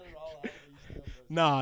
Nah